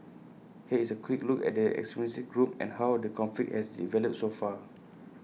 here is A quick look at the extremist group and how the conflict has developed so far